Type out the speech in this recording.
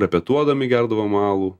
repetuodami gerdavom alų